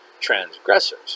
transgressors